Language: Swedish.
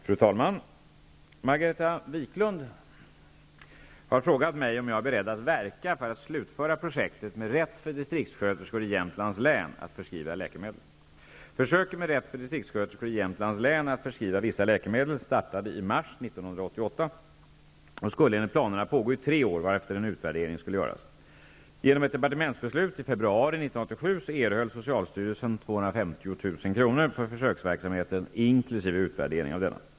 Fru talman! Margareta Viklund har frågat mig om jag är beredd att verka för att slutföra projektet med rätt för distriktssköterskor i Jämtlands län att förskriva läkemedel. Jämtlands län att förskriva vissa läkemedel startade i mars 1988 och skulle enligt planerna pågå i tre år, varefter en utvärdering skulle göras. Genom ett departementsbeslut i februari 1987 erhöll socialstyrelsen 250 000 kr. för försöksverksamheten inkl. utvärdering av denna.